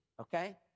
okay